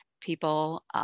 people